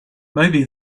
maybe